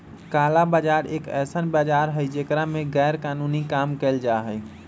काला बाजार एक ऐसन बाजार हई जेकरा में गैरकानूनी काम कइल जाहई